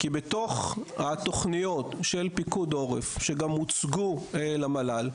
כי בתוכניות של פיקוד העורף, שגם הוצגו למל"ל,